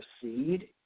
proceed